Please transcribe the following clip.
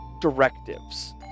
directives